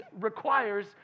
requires